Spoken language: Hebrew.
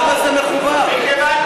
זה יותר חמור.